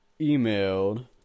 emailed